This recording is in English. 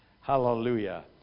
Hallelujah